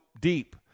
deep